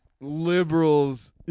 liberals